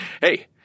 hey